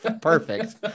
perfect